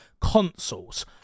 consoles